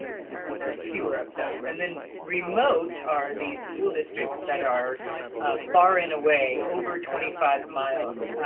and and there are fewer of those. and then remote are these school districts that are far and away, over twenty five miles